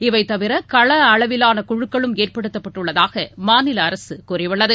இவைதவிரகளஅளவிலானகுழுக்களும் ஏற்படுத்தப்பட்டுள்ளதாகமாநிலஅரசுகூறியுள்ளது